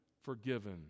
forgiven